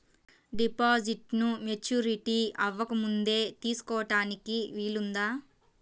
డిపాజిట్ను మెచ్యూరిటీ అవ్వకముందే తీసుకోటానికి వీలుందా?